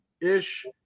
ish